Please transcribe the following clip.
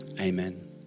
amen